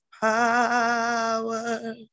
power